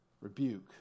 Rebuke